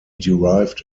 derived